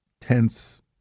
tense